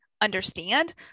understand